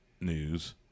news